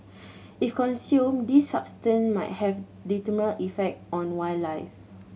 if consumed these substance might have detrimental effect on wildlife